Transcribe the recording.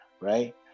right